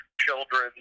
children